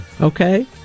okay